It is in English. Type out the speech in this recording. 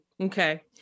Okay